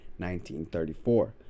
1934